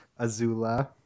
Azula